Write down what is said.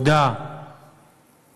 שעבודה